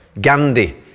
Gandhi